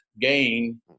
gain